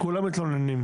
כולם מתלוננים.